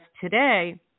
today